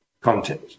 content